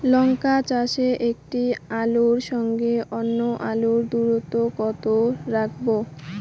লঙ্কা চাষে একটি আলুর সঙ্গে অন্য আলুর দূরত্ব কত রাখবো?